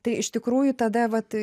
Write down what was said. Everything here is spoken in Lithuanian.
tai iš tikrųjų tada vat